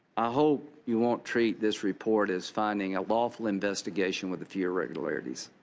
i hope you won't treat this report as finding a lawful investigation with a few irregularities.